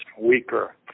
weaker